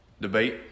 Debate